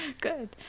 Good